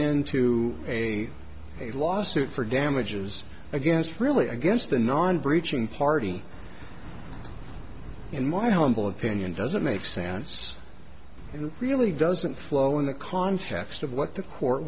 into a lawsuit for damages against really against the non breaching party in my humble opinion doesn't make sense and really doesn't flow in the context of what the court